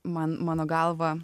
man mano galva